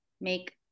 make